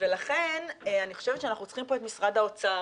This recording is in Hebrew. לכן אני חושבת שאנחנו צריכים פה את משרד האוצר,